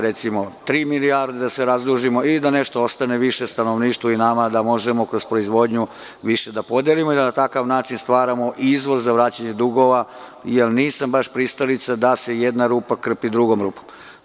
Recimo tri milijarde da se razdužimo i da nešto ostane više stanovništvu i nama da možemo kroz proizvodnju više da podelimo i da na takav način stvaramo izvor za vraćanje dugova, jel nisam baš pristalica da se jedna rupa krpi drugom rupom.